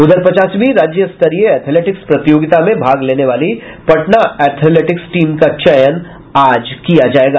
उधर पचासवीं राज्यस्तरीय एथलेटिक्स प्रतियोगिता में भाग लेने वाली पटना एथलेटिक्स टीम का चयन आज किया जायेगा